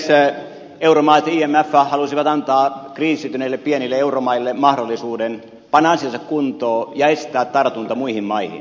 euromaat ja imf halusivat antaa kriisiytyneille pienille euromaille mahdollisuuden panna asiansa kuntoon ja estää tartunta muihin maihin